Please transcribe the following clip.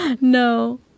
No